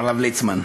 הרב ליצמן,